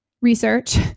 research